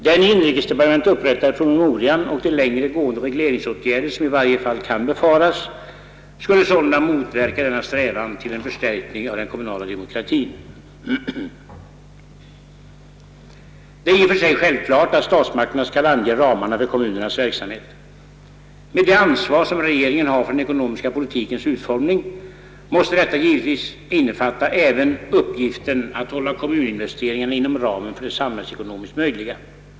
Den i inrikesdepartementet upprättade promemorian och de längre gående regeringsåtgärder, som i varje fall kan befaras, skulle sålunda motverka denna strävan till en förstärkning av den kommunala demokratien. Det är i och för sig självklart, att statsmakterna skall ange ramarna för kommunernas verksamhet. Med det ansvar, som regeringen har för den ekonomiska politikens utformning, måste detta innefatta givetvis även uppgiften att hålla kommuninvesteringarna inom ramen för det samhällsekonomiskt möjliga.